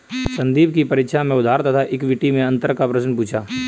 संदीप की परीक्षा में उधार तथा इक्विटी मैं अंतर का प्रश्न पूछा